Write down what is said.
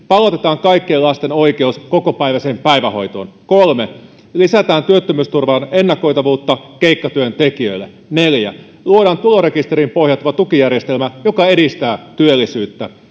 palautetaan kaikkien lasten oikeus kokopäiväiseen päivähoitoon kolme lisätään työttömyysturvaan ennakoitavuutta keikkatyöntekijöille neljä luodaan tulorekisteriin pohjautuva tukijärjestelmä joka edistää työllisyyttä